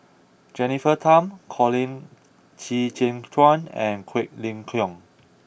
Jennifer Tham Colin Qi Zhe Quan and Quek Ling Kiong